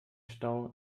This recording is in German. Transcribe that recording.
stau